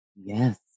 Yes